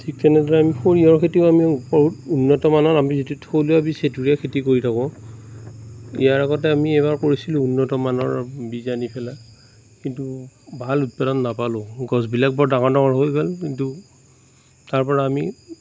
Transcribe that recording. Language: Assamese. ঠিক তেনেদৰে আমি সৰিয়হৰ খেতিও আমি ওপৰৰ উন্নত মানৰ আমি যিটো থলুৱা বীজ সেইটোৰহে খেতি কৰি থাকোঁ ইয়াৰ আগতে আমি এবাৰ কৰিছিলোঁ উন্নত মানৰ বীজ আনি পেলাই কিন্তু ভাল উৎপাদন নাপালোঁ গছবিলাক বৰ ডাঙৰ ডাঙৰ হৈ গ'ল কিন্তু তাৰপৰা আমি